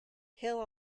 hill